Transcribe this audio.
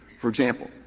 for example,